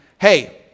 hey